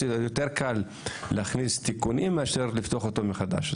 יותר קל להכניס תיקונים מאשר לפתוח אותו מחדש.